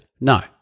No